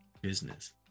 business